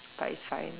but it's fine